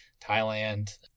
Thailand